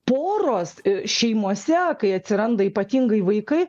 poros šeimose kai atsiranda ypatingai vaikai